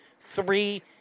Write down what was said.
three